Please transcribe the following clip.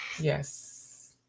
Yes